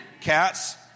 Cats